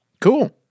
Cool